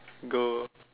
good